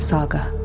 Saga